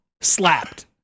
slapped